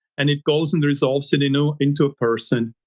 and it goes and results in a new into a person.